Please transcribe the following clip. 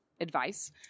advice